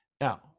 Now